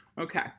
Okay